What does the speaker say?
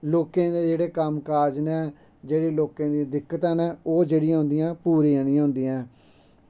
लोकें दे जेह्ड़े कम्म काज न जेह्ड़ी लोकें दी दिक्कतां न ओहे जेह्ड़ियां उं'दियां पूरियां निं होंदियां हैन